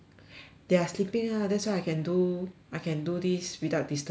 they are sleeping lah that's why I can do I can do this without disturbance